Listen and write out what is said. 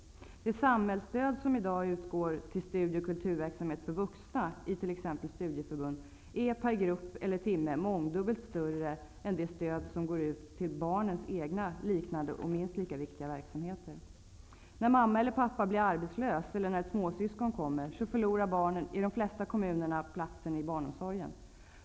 Det samhällsstöd som i dag går ut till studie och kulturverksamhet för vuxna, t.ex. i studieförbunden, är per grupp eller timme mångdubbelt större än det stöd som går ut till barnens liknande och minst lika viktiga aktiviteter. När mamma eller pappa blir arbetslös, eller när ett småsyskon kommer, förlorar barnen i de flesta kommuner platsen i barnomsorgen.